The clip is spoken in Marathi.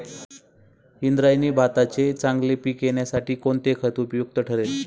इंद्रायणी भाताचे चांगले पीक येण्यासाठी कोणते खत उपयुक्त ठरेल?